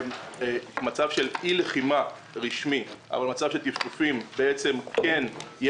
מצב של אי לחימה רשמי אבל מצב של טפטופים שיש לו